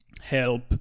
help